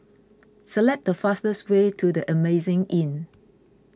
select the fastest way to the Amazing Inn